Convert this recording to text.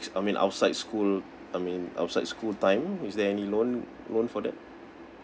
I mean outside school I mean outside school time is there any loan loan for that